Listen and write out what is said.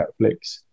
Netflix